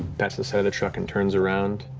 pats the side of the truck and turns around.